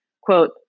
quote